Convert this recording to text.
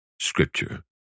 Scripture